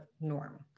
norm